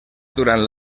durant